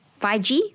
5G